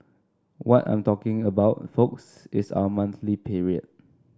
what I'm talking about folks is our monthly period